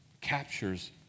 captures